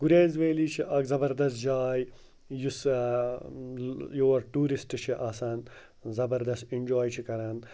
Gurez valley چھِ اَکھ زَبَردَست جاے یُس یور ٹوٗرِسٹ چھِ آسان زَبردَست اٮ۪نجاے چھِ کَران